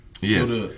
Yes